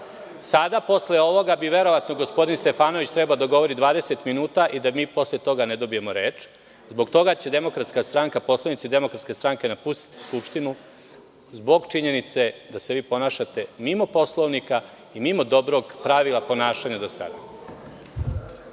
posle ovoga bi, verovatno, gospodin Stefanović trebalo da govori 20 minuta i da mi posle toga ne dobijemo reč. Zbog toga će Demokratska stranka, poslanici Demokratske stranke, napustiti Skupštinu, zbog činjenice da se vi ponašate mimo Poslovnika i mimo dobrog pravila ponašanja do sada.